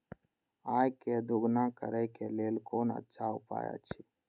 आय के दोगुणा करे के लेल कोन अच्छा उपाय अछि?